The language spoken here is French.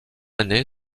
année